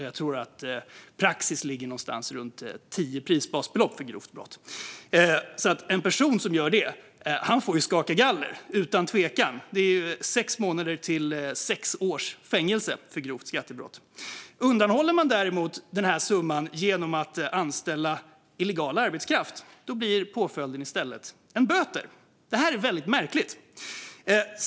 Jag tror att praxis ligger någonstans runt tio prisbasbelopp för grovt skattebrott. En person som gör det får utan tvekan skaka galler. Det är sex månaders till sex års fängelse för grovt skattebrott. Undanhåller man däremot denna summa genom att anställa illegal arbetskraft blir påföljden i stället böter. Detta är väldigt märkligt.